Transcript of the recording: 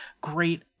great